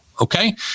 Okay